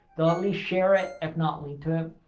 they'll at least share it, if not, link to it.